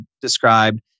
described